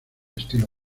estilo